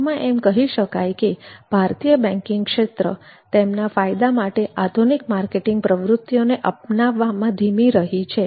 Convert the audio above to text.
ટૂંકમાં એમ કહી શકાય કે ભારતીય બેન્કિંગ ક્ષેત્ર તેમના ફાયદા માટે આધુનિક માર્કેટિંગની પ્રવૃત્તિઓને અપનાવવામાં ધીમી રહી છે